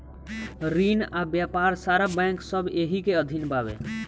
रिन आ व्यापार सारा बैंक सब एही के अधीन बावे